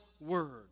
word